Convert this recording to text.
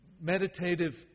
meditative